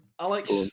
Alex